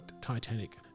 Titanic